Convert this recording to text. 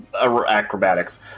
acrobatics